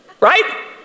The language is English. right